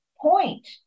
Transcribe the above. point